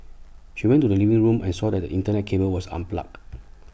she went to the living room and saw that the Internet cable was unplugged